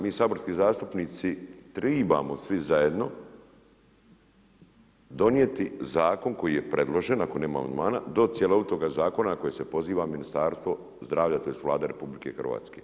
Mi saborski zastupnici tribamo svi zajedno donijeti zakon koji je predložen ako nema amandmana do cjelovitoga zakona, a koje se poziva Ministarstvo zdravlja tj. Vlada RH.